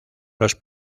los